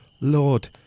Lord